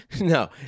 No